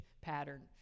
pattern